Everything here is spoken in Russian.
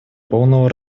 полного